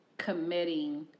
committing